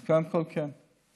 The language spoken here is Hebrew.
אז קודם כול, כן.